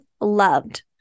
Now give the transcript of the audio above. loved